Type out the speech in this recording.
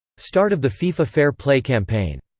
start of the fifa fair play campaign.